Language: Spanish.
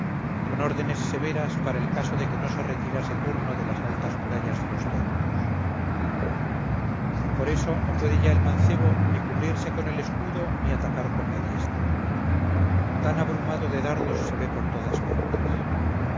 con órdenes severas para el caso de que no se retirase turno de las altas murallas de los teucros por eso no puede ya el mancebo ni cubrirse con el escudo ni atacar con la diestra tan abrumado de dardos se ve por todas partes